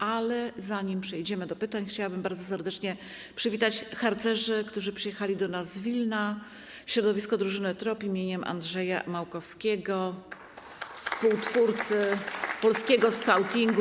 Ale zanim przejdziemy do pytań, chciałabym bardzo serdecznie przywitać harcerzy, którzy przyjechali do nas z Wilna, środowisko drużyny ˝Trop˝ im. Andrzeja Małkowskiego, współtwórcy polskiego skautingu.